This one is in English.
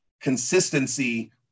consistency